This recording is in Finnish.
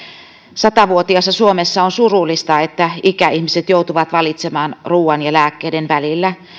sata vuotiaassa suomessa on surullista että ikäihmiset joutuvat valitsemaan ruoan ja lääkkeiden väliltä